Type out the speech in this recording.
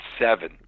seven